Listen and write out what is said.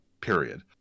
period